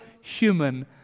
human